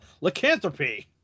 lycanthropy